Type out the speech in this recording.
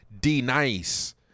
D-Nice